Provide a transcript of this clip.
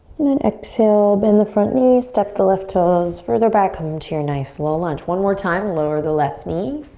and then exhale, bend the front knee. step the left toes further back. come to your nice low lunge. one more time, lower the left knee.